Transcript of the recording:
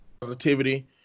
positivity